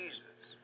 Jesus